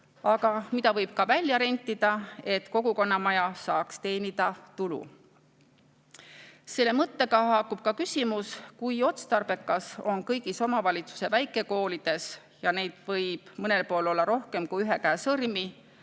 aga mida võib ka välja rentida, et kogukonnamaja saaks tulu teenida. Selle mõttega haakub ka küsimus, kui otstarbekas on kõigis omavalitsuste väikekoolides – ja neid võib mõnel pool olla rohkem kui ühe käe sõrmi